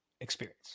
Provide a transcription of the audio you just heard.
experience